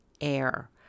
air